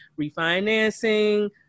refinancing